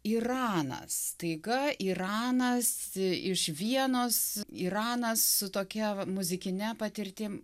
iranas staiga iranas iš vienos iranas su tokia muzikine patirtim